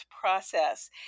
process